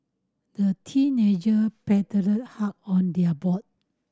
the teenager paddled hard on their boat